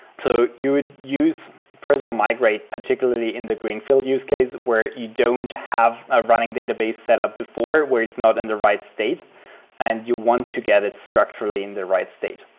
so you would use prisma migrate particularly in the greenfield use case where you don't have a running database set up before where it's not in the right state and you want to get it structurally in the right state.